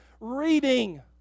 reading